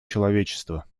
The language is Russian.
человечества